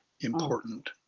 important